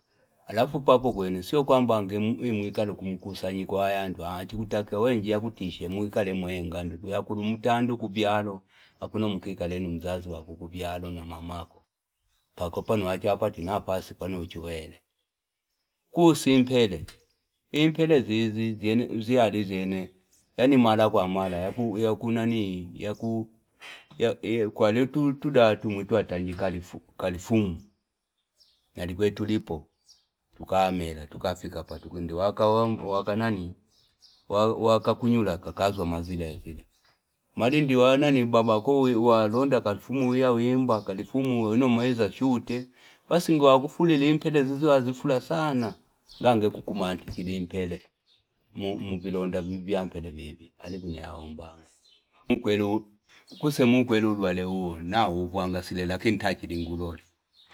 Halafu pabu kwenye, sio kwa mbange mwikali kumikusa njikwaya anto, hachi kutake, we njia kutishe mwikali mwenganduku. Ya kulumutando kubihalo, hakuno mkikalenu mzazu wa kukubihalo na mamako. Pako panuachapa, tinapasa, panuuchuwele. Kusimpele. Impele zizi, ziari, zine. Yani mara kwa mara. Ya kuna ni, ya ku Kwa litu, tutudatu mwitua tanji Kalifu, Kalifumu. Yani kwetu lipo. Tukamela, tukafika patu kundi. Waka wangu, waka nani? Waka kukunyula kakazwa mazila ya zile. Malindi wana ni mbabako wa Londa, Kalifumu. Yawi imba, Kalifumu, ino maiza chute. Pasi ngu wangu fuli liimpele, zizi wazifula sana. Ngange kukumanti ziliimpele. Mbili Londa, mbili yampele bibi. Halifunia mbanga. Mkuse mungu eluru wale uo, na uvuangasile. Lakini taichi dingulo.